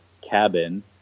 cabin